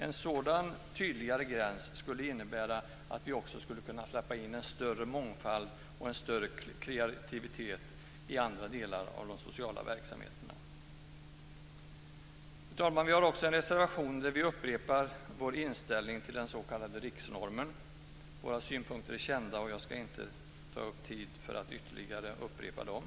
En sådan tydligare gräns skulle innebära att vi också skulle kunna släppa in en större mångfald och en större kreativitet i andra delar av de sociala verksamheterna. Fru talman! Vi har också en reservation där vi upprepar vår inställning till den s.k. riksnormen. Våra synpunkter är kända, och jag ska inte ta upp tid med att upprepa dem.